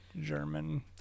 german